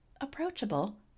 approachable